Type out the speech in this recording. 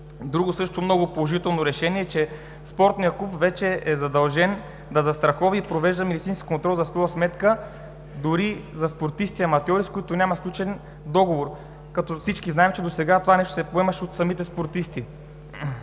Другото много положително решение е, че спортният клуб вече е задължен да застрахова и провежда медицински контрол за своя сметка, дори за спортисти аматьори, с които няма сключен договор. Всички знаем, че досега това нещо се поемаше от самите спортисти.